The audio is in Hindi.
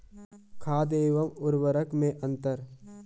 खाद एवं उर्वरक में अंतर?